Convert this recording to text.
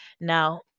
Now